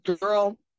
girl